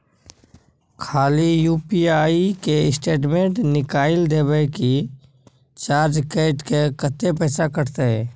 खाली यु.पी.आई के स्टेटमेंट निकाइल देबे की चार्ज कैट के, कत्ते पैसा कटते?